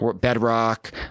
bedrock